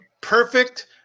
perfect